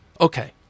okay